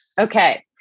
Okay